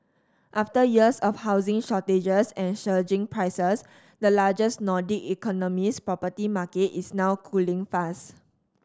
after years of housing shortages and surging prices the largest Nordic economy's property market is now cooling fast